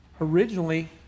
originally